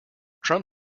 trump